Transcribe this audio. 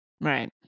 Right